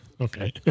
Okay